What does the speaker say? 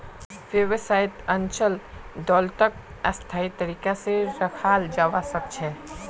व्यवसायत अचल दोलतक स्थायी तरीका से रखाल जवा सक छे